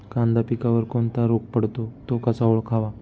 कांदा पिकावर कोणता रोग पडतो? तो कसा ओळखावा?